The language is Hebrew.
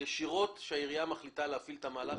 ישירות כשהעירייה מחליטה להפעיל את המהלך